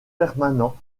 permanent